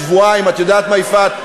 שבועיים, את יודעת מה, יפעת?